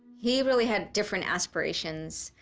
he really had different aspirations,